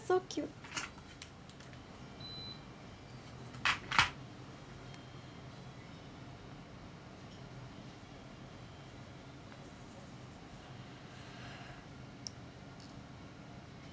so cute